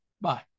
Bye